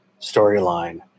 storyline